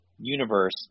universe